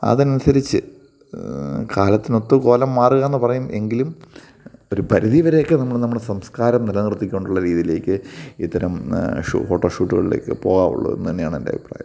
അത് അനുസരിച്ച് കാലത്തിനൊത്ത് കോലം മാറുക പറയും എങ്കിലും ഒരു പരിധി വരെയൊക്കെ നമ്മൾ നമ്മളുടെ സംസ്കാരം നില നിർത്തിക്കൊണ്ടുള്ള രീതിയിലേക്ക് ഇത്തരം ഷൂ ഫോട്ടോഷൂട്ടുകളിലേക്ക് പോകുകയുള്ളു എന്നു തന്നെയാണ് എന്റെ അഭിപ്രായം